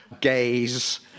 gays